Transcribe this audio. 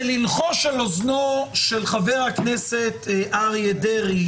וללחוש על אוזנו של חבר הכנסת אריה דרעי